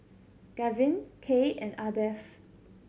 Gavyn Kaye and Ardeth